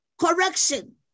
correction